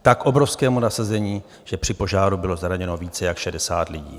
Tak obrovskému nasazení, že při požáru bylo zraněno více jak 60 lidí.